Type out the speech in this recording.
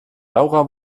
laura